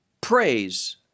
praise